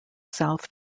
south